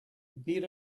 beat